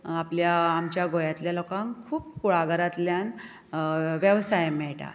आपल्या आमच्या गोंयातल्या लोकांक खूब कुळाघरांतल्यान वेवसाय मेळटा